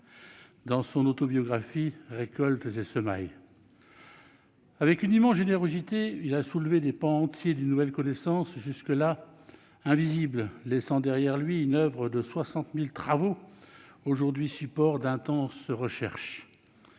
dans son autobiographie. Avec une immense générosité, il a soulevé des pans entiers d'une nouvelle connaissance jusque-là invisible, laissant derrière lui une oeuvre de 60 000 travaux, aujourd'hui supports d'intenses recherches.